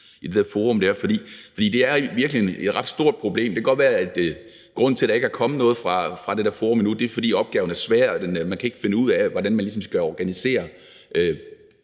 i det der lille forum. For det er i virkeligheden et ret stort problem. Det kan godt være, at grunden til, at der endnu ikke er kommet noget fra det der forum, er, at opgaven er svær, og at man ikke kan finde ud af, hvordan man ligesom skal organisere